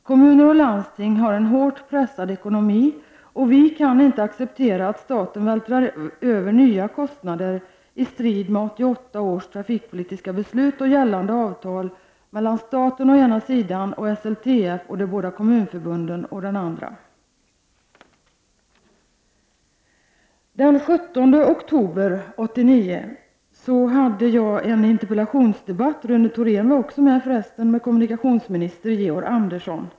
Kommuner och landsting har en hårt pressad ekonomi och vi kan inte acceptera att staten vältrar över nya kostnader i strid med 1988 års trafikpolitiska beslut och gällande avtal mellan staten å ena sidan och SLTF och de båda kommunförbunden å den andra.” Den 17 oktober 1989 hade jag en interpellationsdebatt — Rune Thorén var också med — med Georg Andersson.